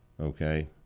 okay